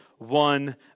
One